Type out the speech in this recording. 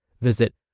Visit